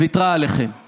גם לכם יש חלק.